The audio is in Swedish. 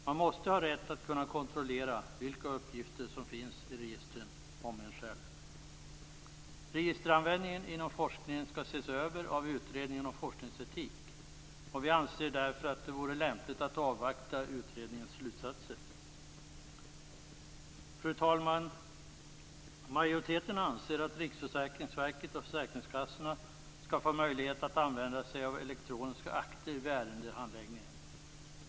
Man måste ha rätt att kunna kontrollera vilka uppgifter som finns i registren om en själv. Registeranvändningen inom forskningen skall ses över av utredningen om forskningsetik. Vi anser därför att det vore lämpligt att avvakta utredningens slutsatser. Fru talman! Majoriteten anser att Riksförsäkringsverket och försäkringskassorna skall få möjlighet att använda sig av elektroniska akter vid ärendehandläggning.